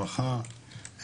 ברכה